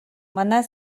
манай